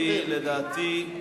ודאי.